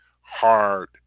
hard